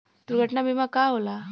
दुर्घटना बीमा का होला?